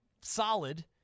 solid